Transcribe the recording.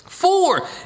Four